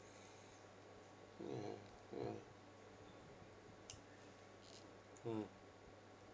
mm ya mm